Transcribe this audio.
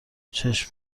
چشم